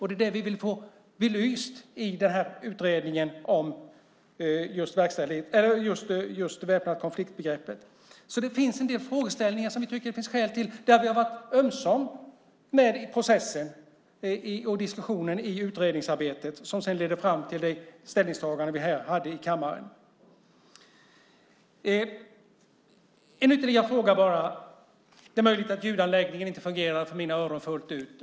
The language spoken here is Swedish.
Det är det vi vill få belyst i utredningen om just väpnad-konflikt-begreppet. Det finns en del frågeställningar som vi tycker att det finns skäl att ta itu med, där vi har varit med i processen och diskussionen i utredningsarbetet som sedan ledde fram till det ställningstagande vi gjorde i kammaren. En ytterligare fråga bara, det är möjligt att ljudanläggningen inte fungerade för mina öron fullt ut.